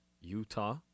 Utah